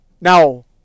Now